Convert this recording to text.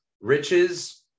Riches